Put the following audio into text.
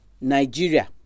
Nigeria